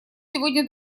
сегодня